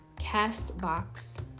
CastBox